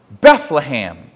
Bethlehem